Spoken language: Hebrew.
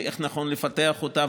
ואיך נכון לפתח אותה,